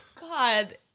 God